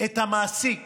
את המעסיק